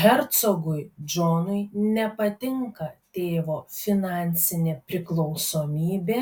hercogui džonui nepatinka tėvo finansinė priklausomybė